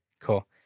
cool